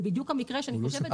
זה בדיוק המקרה שאני כן חושבת.